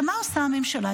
עכשיו, מה עושה הממשלה?